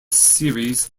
series